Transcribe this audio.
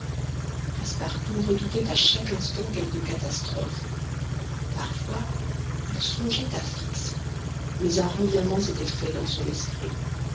passepartout redoutait à chaque instant quelque catastrophe parfois il songeait à fix mais un revirement s'était fait dans son esprit